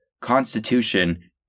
constitution